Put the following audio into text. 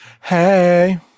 Hey